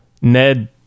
ned